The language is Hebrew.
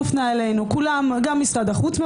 גם משרד החוץ,